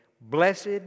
Blessed